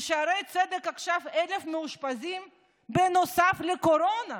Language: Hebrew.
בשערי צדק עכשיו יש 1,000 מאושפזים בנוסף לקורונה,